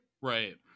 right